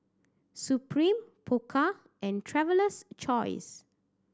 Supreme Pokka and Traveler's Choice